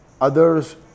others